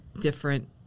different